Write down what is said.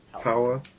Power